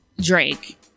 Drake